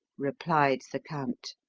replied the count.